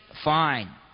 fine